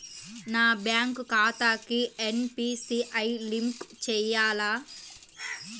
నా బ్యాంక్ ఖాతాకి NPCI link చేయాలా?